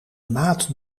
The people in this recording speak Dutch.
maat